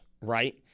right